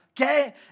okay